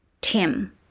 Tim